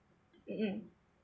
mm mm